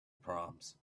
proms